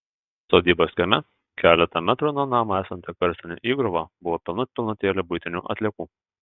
sodybos kieme keletą metrų nuo namo esanti karstinė įgriuva buvo pilnut pilnutėlė buitinių atliekų